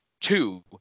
two